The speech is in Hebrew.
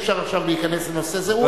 אי-אפשר עכשיו להיכנס לנושא הזה.